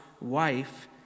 wife